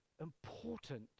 important